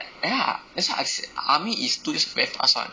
ya lah that's why I said army is two years very fast [one]